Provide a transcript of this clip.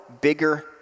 bigger